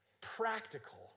practical